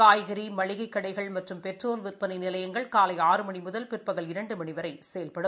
காய்கறி மளிகை கடைகள் மற்றும் பெட்ரோல் விற்பனை நிலையங்கள் காலை ஆறு மணி முதல் பிற்பகல் இரண்டு மணி வரை செயல்படும்